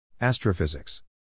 Astrophysics